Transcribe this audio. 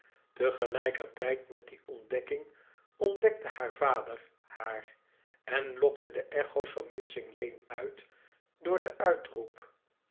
tijd met die ontdekking ontdekte haar vader haar en lokte de echo's van mincing lane uit door den uitroep